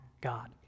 God